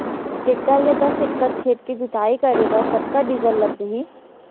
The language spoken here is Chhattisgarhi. टेकटर ले दस एकड़ खेत के जुताई करे बर कतका डीजल लग जाही?